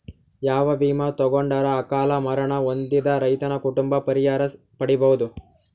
ಯಾವ ವಿಮಾ ತೊಗೊಂಡರ ಅಕಾಲ ಮರಣ ಹೊಂದಿದ ರೈತನ ಕುಟುಂಬ ಪರಿಹಾರ ಪಡಿಬಹುದು?